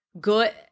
good-